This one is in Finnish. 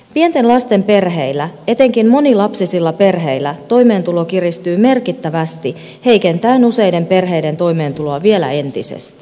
pienten lasten perheillä etenkin monilapsisilla perheillä toimeentulo kiristyy merkittävästi heikentäen useiden perheiden toimeentuloa vielä entisestään